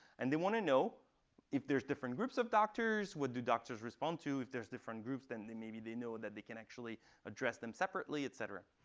and they want to know if there's different groups of doctors, what do doctors respond to. if there's different groups, then maybe they know that they can actually address them separately, et cetera.